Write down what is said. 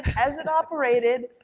as it operated,